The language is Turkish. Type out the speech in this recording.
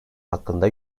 hakkında